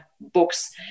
books